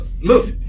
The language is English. look